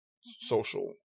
social